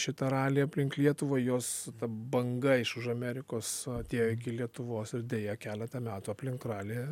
šitą ralį aplink lietuvą jos ta banga iš už amerikos atėjo iki lietuvos ir deja keletą metų aplink ralį